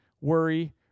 worry